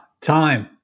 time